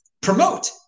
promote